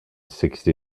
sixty